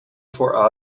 for